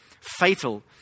fatal